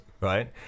right